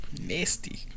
Nasty